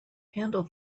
handle